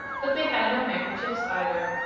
but they had no handkerchiefs, either.